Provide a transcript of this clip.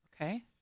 Okay